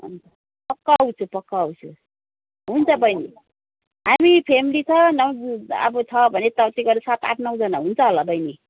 पक्का आउँछु पक्का आउँछु हुन्छ बैनी हामी फ्यामिली छ न अब छ भने त तिमीहरू सात आठ नौजना हुन्छ होला बैनी